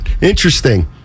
Interesting